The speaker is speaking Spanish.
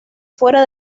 fuera